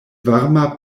varma